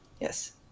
yes